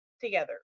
together